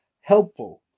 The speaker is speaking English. helpful